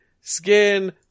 skin